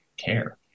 care